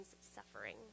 suffering